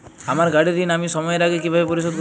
আমার গাড়ির ঋণ আমি সময়ের আগে কিভাবে পরিশোধ করবো?